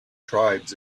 tribes